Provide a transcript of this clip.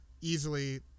easily